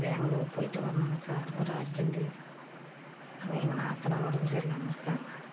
பேங்ளூர் போய்ட்டு வரணுங்க சார் ஒரு அர்ஜெண்டு அங்கே எங்கள் நாத்தனார் உடம்பு சரியில்லாமல் இருக்காங்க